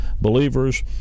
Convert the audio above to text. believers